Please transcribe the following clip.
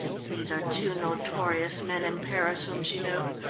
these are two notorious men in paris whom she knew.